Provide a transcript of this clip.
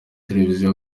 televiziyo